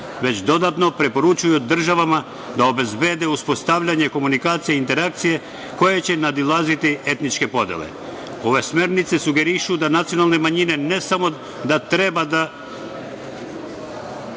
već dodatno preporučuju državama da obezbede uspostavljanje komunikacije i interakcije koje će nadilaziti etničke podele. Ove smernice sugerišu da nacionalne manjine ne samo da treba da